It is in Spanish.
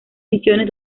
misiones